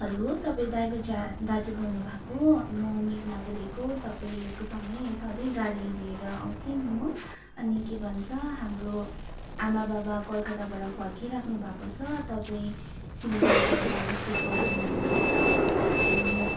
hello तपाईँ driver जा दाजु बोल्नुभएको हो म मेघना बोलेको तपाईँको सँगै सधैँ गाडी लिएर आउँथेँ नि म अनि के भन्छ हाम्रो आमाबाबा कलकत्ताबाट फर्किरहनु भएको छ तपाईँ सिलगढी गएर रिसिभ गरिदिनु हुनुहुन्छ अनि